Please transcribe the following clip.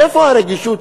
איפה הרגישות?